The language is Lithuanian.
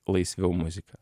laisviau muziką